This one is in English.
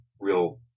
real